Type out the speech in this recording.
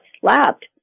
slapped